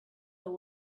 her